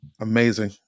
Amazing